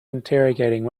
interrogating